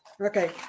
Okay